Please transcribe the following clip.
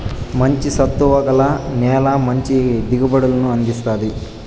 మంచి సత్తువ గల నేల మంచి దిగుబడులను అందిస్తాది